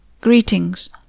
Greetings